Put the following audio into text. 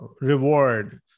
reward